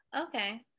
Okay